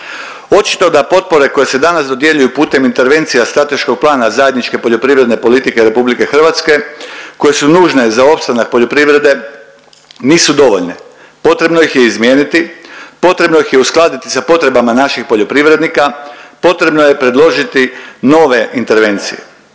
Očito da potpore koje se danas dodjeljuju putem intervencija strateškog plana zajedničke poljoprivredne politike RH koje su nužne za opstanak poljoprivrede nisu dovoljne. Potrebno ih je izmijeniti, potrebno ih je uskladiti sa potrebama naših poljoprivrednika, potrebno je predložiti nove intervencije.